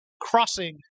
crossing